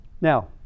Now